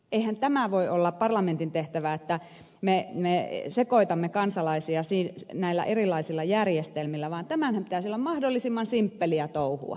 eihän tämä voi olla parlamentin tehtävä että me sekoitamme kansalaisia näillä erilaisilla järjestelmillä vaan tämänhän pitäisi olla mahdollisimman simppeliä touhua